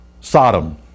Sodom